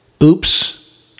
Oops